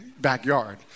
backyard